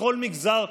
בכל מגזר,